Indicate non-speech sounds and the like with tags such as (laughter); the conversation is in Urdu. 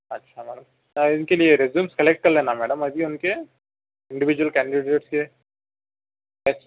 اچھا میڈم (unintelligible) ان کے لیے رزیومس کلکٹ کر لینا میڈم ابھی ان کے انڈیویزول کینڈیڈیٹس کے